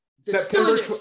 September